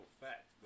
fact